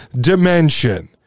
dimension